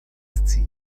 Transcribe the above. scii